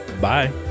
Bye